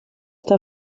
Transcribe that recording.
der